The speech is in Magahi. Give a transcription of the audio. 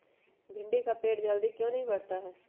भिंडी का पेड़ जल्दी क्यों नहीं बढ़ता हैं?